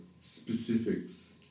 specifics